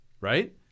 Right